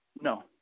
No